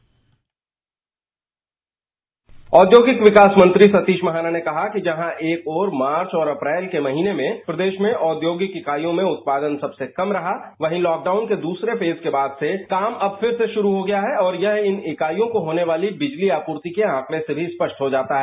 dispatch औद्योगिक विकास मंत्री सतीश महाना ने कहा कि जहां एक ओर मार्च और अप्रैल के महीने में प्रदेश में औद्योगिक इकाइयों में उत्पादन सबसे कम रहा वही लॉक डाउन के दूसरे फेस के बाद से काम फिर से शुरू हो गया है और यह इन इकाइयों को होने वाली बिजली आपूर्ति के आंकड़े से भी स्पष्ट हो जाता है